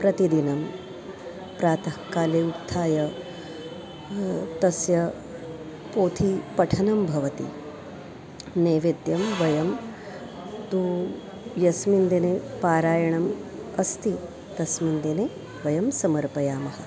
प्रतिदिनं प्रातःकाले उत्थाय तस्य पोथी पठनं भवति नैवेद्यं वयं तु यस्मिन् दिने पारायणम् अस्ति तस्मिन् दिने वयं समर्पयामः